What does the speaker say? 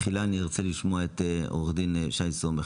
תחילה אני ארצה לשמוע את עורך דין שי סומך,